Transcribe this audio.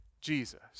Jesus